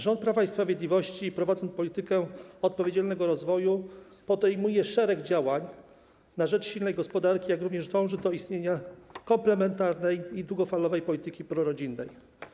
Rząd Prawa i Sprawiedliwości, prowadząc politykę odpowiedzialnego rozwoju, zarówno podejmuje szereg działań na rzecz silnej gospodarki, jak również dąży do istnienia komplementarnej i długofalowej polityki prorodzinnej.